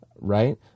right